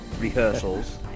rehearsals